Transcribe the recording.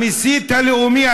המסית הלאומי,